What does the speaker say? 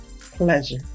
pleasure